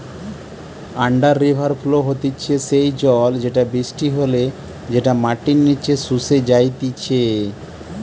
under river flow হতিছে সেই জল যেটা বৃষ্টি হলে যেটা মাটির নিচে শুষে যাইতিছে